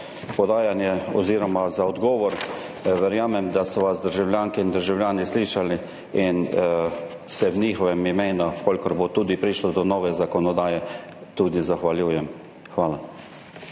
podajanje oziroma za odgovor. Verjamem, da so vas državljanke in državljani slišali, in se v njihovem imenu, če bo prišlo do nove zakonodaje, tudi zahvaljujem. Hvala.